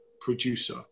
producer